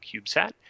CubeSat